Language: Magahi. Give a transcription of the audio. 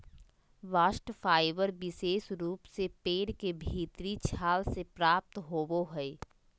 बास्ट फाइबर विशेष रूप से पेड़ के भीतरी छाल से प्राप्त होवो हय